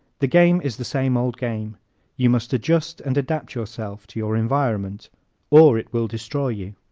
the game is the same old game you must adjust and adapt yourself to your environment or it will destroy you.